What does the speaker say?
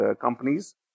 companies